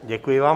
Děkuji vám.